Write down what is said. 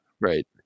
Right